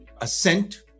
Ascent